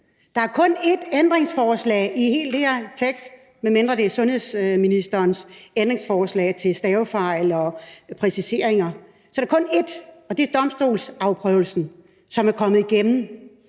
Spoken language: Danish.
Der er kun ét ændringsforslag i hele den her tekst, medmindre vi taler om sundhedsministerens ændringsforslag i forhold til stavefejl og præciseringer, og det er det om domstolsprøvelsen, som er kommet igennem